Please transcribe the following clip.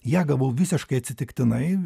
ją gavau visiškai atsitiktinai